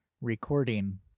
recording